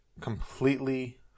completely